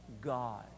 God